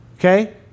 Okay